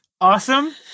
Awesome